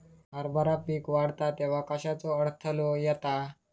हरभरा पीक वाढता तेव्हा कश्याचो अडथलो येता?